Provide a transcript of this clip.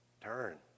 Turn